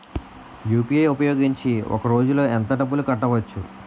UPI ఉపయోగించి ఒక రోజులో ఎంత డబ్బులు కట్టవచ్చు?